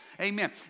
amen